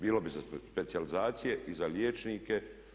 Bilo bi za specijalizacije i za liječnike.